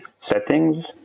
settings